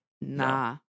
nah